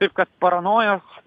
taip kad paranojos